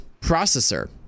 processor